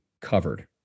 covered